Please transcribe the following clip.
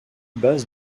basse